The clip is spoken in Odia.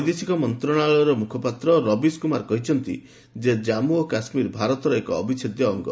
ବୈଦେଶିକ ମନ୍ତ୍ରଣାଳୟର ମୁଖପାତ୍ର ରବିଶ କୁମାର କହିଛନ୍ତି ଯେ ଜାମ୍ମୁ ଓ କାଶ୍ମୀର ଭାରତର ଏକ ଅବିଚ୍ଛେଦ୍ୟ ଅଙ୍ଗ